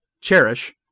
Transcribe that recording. Cherish